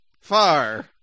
Far